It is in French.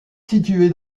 situé